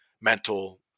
mental